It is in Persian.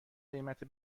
قیمت